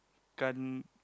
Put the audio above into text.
can't